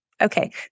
Okay